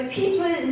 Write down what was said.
people